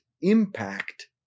impact